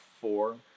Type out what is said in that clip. four